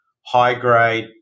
high-grade